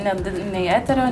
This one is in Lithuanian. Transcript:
net nei eterio